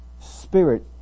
spirit